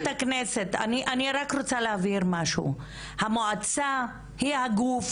אני רק רוצה להבהיר משהו: המועצה היא הגוף